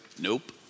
nope